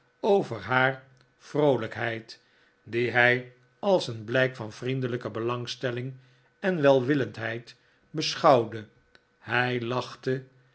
over haar vroolijkmen gaat naar londen heid die hij als een blijk van vriendelijke belangstelling en welwillendheid beschouwde hij lachte